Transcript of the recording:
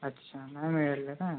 अच्छा नाही मिळालं का